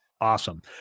Awesome